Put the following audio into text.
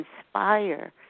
inspire